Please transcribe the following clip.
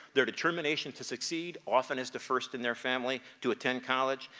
their determination to succeed often as the first in their family to attend college.